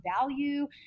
value